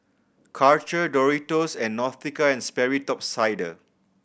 Karcher Doritos and Nautica and Sperry Top Sider